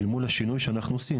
אל מול השינוי שאנחנו עושים.